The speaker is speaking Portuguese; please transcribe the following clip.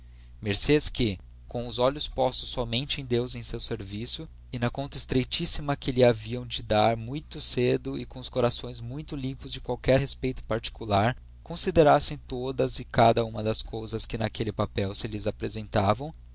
mercês que com os olhos postos somente em deus e em seu serviço e na conta estreitíssima que lhe haviam de dar muito cedo e com os corações muito limpos de qualquer respeito particular considerassem todas e cada uma das cousas que naquelle papel se lhes apresentavam